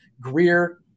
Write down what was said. Greer